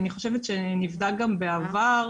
אני חושבת שנבדק גם בעבר.